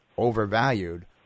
overvalued